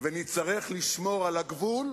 ונצטרך לשמור על הגבול,